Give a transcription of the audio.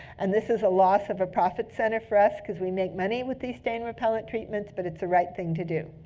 and this is a loss of a profit center for us, because we make money with these stain repellent treatments, but it's the right thing to do.